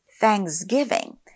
thanksgiving